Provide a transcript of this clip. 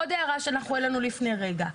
עוד הערה שאנחנו העלינו לפני רגע,